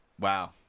Wow